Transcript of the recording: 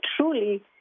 truly